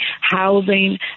housing